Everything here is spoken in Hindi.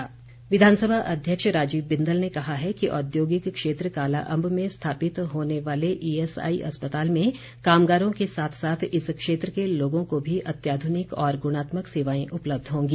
बिंदल विधानसभा अध्यक्ष राजीव बिंदल ने कहा है कि औद्योगिक क्षेत्र कालाअंब में स्थापित होने वाले ई एसआई अस्पताल में कामगारों के साथ साथ इस क्षेत्र के लोगों को भी अत्याधुनिक और गुणात्मक सेवाएं उपलब्ध होंगी